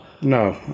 No